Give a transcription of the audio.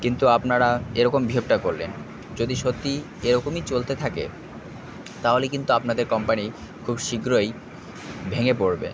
কিন্তু আপনারা এরকম বিহেভটা করলেন যদি সত্যিই এরকমই চলতে থাকে তাহলে কিন্তু আপনাদের কোম্পানি খুব শীঘ্রই ভেঙে পড়বে